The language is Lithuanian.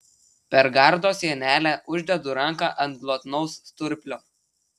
per gardo sienelę uždedu ranką ant glotnaus sturplio